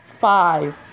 five